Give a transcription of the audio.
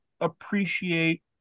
appreciate